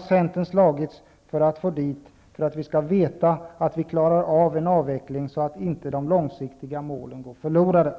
Centern har slagits för att få dit den, för att man skall veta att man klarar en avveckling så att de långsiktiga målen inte går förlorade.